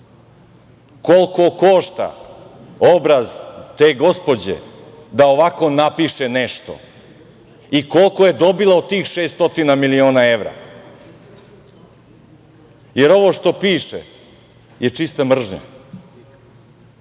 Koliko košta obraz te gospođe da ovako napiše nešto i koliko je dobila od tih 600 miliona evra, jer ovo što piše je čista mržnja? Mržnja